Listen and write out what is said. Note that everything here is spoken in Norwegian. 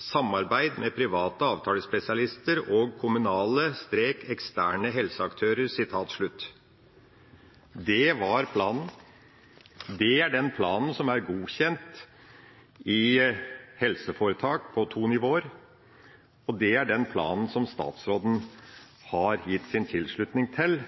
Samarbeid med private avtalespesialister og kommunale/eksterne helseaktører.» Det var planen. Det er den planen som er godkjent i helseforetak på to nivåer, og det er den planen som statsråden har gitt sin tilslutning til